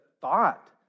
thought